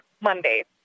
Monday